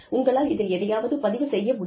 உங்களால் இதில் எதையாவது பதிவு செய்ய முடியும்